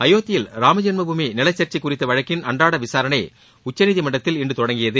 அயோத்தியில் ராமஜென்ம பூமி நிலசர்ச்சை குறித்த வழக்கின் அன்றாட விசாரணை உச்சநீதிமன்றத்தில் இன்று தொடங்கியது